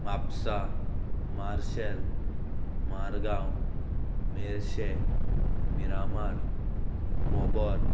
Mapusa Marcel Margao Merces Miramar Mobor